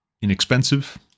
inexpensive